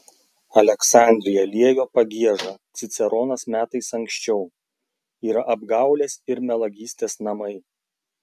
aleksandrija liejo pagiežą ciceronas metais anksčiau yra apgaulės ir melagystės namai